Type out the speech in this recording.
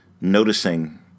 noticing